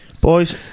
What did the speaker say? boys